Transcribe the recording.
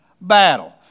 Battle